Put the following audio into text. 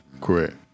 Correct